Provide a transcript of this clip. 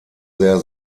sehr